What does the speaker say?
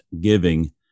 giving